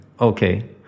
okay